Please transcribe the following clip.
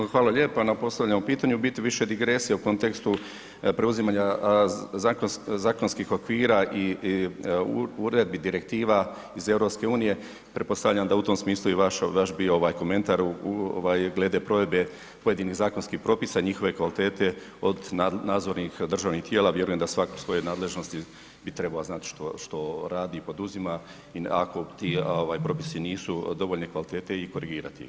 Evo, hvala lijepa na postavljenom pitanju, u biti više digresije u kontekstu preuzimanja zakonskih okvira i uredbi, direktiva iz EU, pretpostavljam da u tom smislu i vaš je bio ovaj komentar glede provedbe pojedinih zakonskih propisa i njihove kvalitete od nadzornih državnih tijela, vjerujem da svatko iz svoje nadležnosti bi trebao znati što radi i poduzima i ako ti propisi nisu dovoljne kvalitete i korigirati ih.